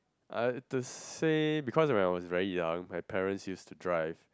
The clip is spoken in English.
I've to say because when I was very young my parents used to drive